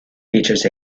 features